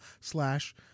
slash